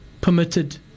permitted